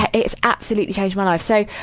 ah it's absolutely changed my life. so,